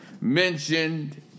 mentioned